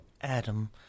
Adam